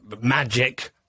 magic